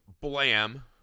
Blam